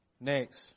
Next